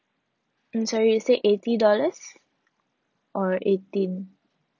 mm sorry you said eighty dollars or eighteen